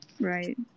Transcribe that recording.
Right